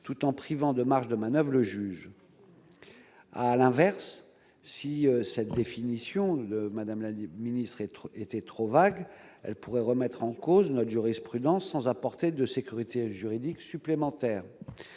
tout en privant de marge de manoeuvre, juge à l'inverse, si cette définition madame la Libye ministre être était trop vague, elle pourrait remettre en cause la jurisprudence sans apporter de sécurité juridique supplémentaire